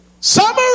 Summary